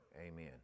amen